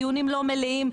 דיונים לא מלאים,